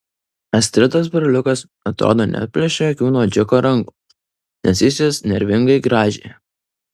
astridos broliukas atrodo neatplėšė akių nuo džeko rankų nes jis jas nervingai grąžė